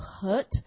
hurt